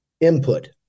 Input